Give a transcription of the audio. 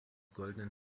goldenen